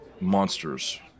Monsters